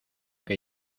que